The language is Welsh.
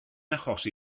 achosi